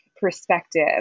perspective